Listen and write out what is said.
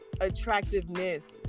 attractiveness